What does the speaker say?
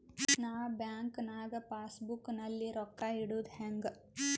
ನಾ ಬ್ಯಾಂಕ್ ನಾಗ passbook ನಲ್ಲಿ ರೊಕ್ಕ ಇಡುದು ಹ್ಯಾಂಗ್?